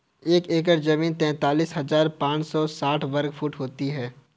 एक एकड़ जमीन तैंतालीस हजार पांच सौ साठ वर्ग फुट होती है